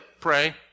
Pray